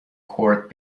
court